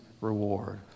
reward